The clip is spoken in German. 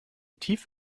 tief